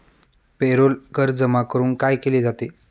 Payroll कर जमा करून काय केले जाते?